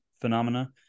phenomena